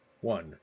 One